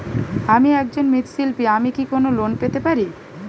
আমি একজন মৃৎ শিল্পী আমি কি কোন লোন পেতে পারি?